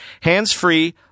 hands-free